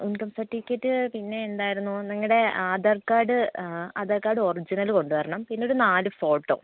income certificate പിന്നെ എന്തായിരുന്നു നിങ്ങളുടെ Aadhaar card Aadhaar card original കൊണ്ട് വരണം പിന്നെയൊരു നാല് ഫോട്ടോ